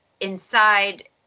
inside